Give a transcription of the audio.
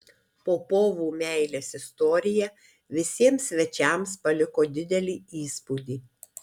popovų meilės istorija visiems svečiams paliko didelį įspūdį